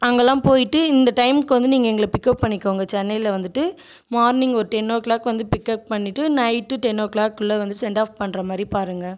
அங்கேலாம் போயிட்டு இந்த டைமுக்கு வந்து நீங்கள் எங்களை பிக்கப் பண்ணிக்கோங்க சென்னையில் வந்துட்டு மார்னிங் ஒரு டென் ஓ கிளாக் வந்து பிக்கப் பண்ணிகிட்டு நைட்டு டென் ஓ கிளாக்குள்ள வந்துட்டு சென்ட் ஆஃப் பண்ணுற மாதிரி பாருங்க